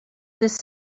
this